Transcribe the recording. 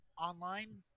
online